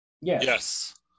Yes